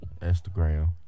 Instagram